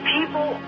People